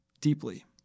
deeply